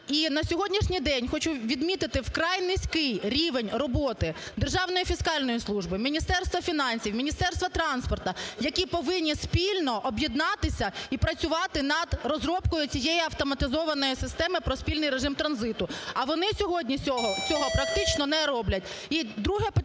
І на сьогоднішній день хочу відмітити вкрай низький рівень роботи Державної фіскальної служби, Міністерства фінансів, Міністерства транспорту, які повинні спільно об'єднатися і працювати над розробкою цієї автоматизованої системи про спільний режим транзиту. А вони сьогодні цього практично не роблять. І друге питання,